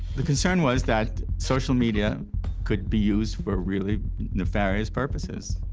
the concern was that social media could be used for really nefarious purposes.